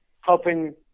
helping